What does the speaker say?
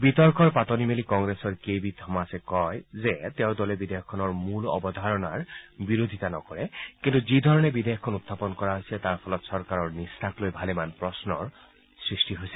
বিতৰ্কৰ পাতনি মেলি কংগ্ৰেছৰ কে বি থমাছে কয় যে তেওঁৰ দলে বিধেয়কখনৰ মূল ধাৰণা বিৰোধিতা নকৰে কিন্তু যি ধৰণে বিধেয়কখন উত্থাপন কৰা হৈছে তাৰ ফলত চৰকাৰৰ নিষ্ঠাক লৈ ভালেমান প্ৰশ্নৰ সৃষ্টি হৈছে